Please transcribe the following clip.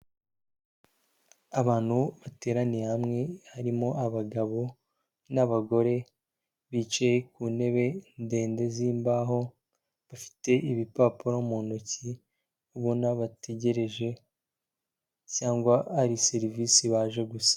Abantu bateraniye hamwe harimo abagabo n'abagore bicaye ku ntebe ndende z'imbaho, bafite ibipapuro mu ntoki ubona bategereje cyangwa ari serivisi baje gusaba.